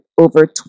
over